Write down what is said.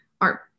art